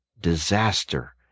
disaster